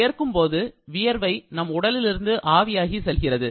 வியர்க்கும்போது வியர்வை நம் உடலிலிருந்து ஆவியாகி செல்கின்றது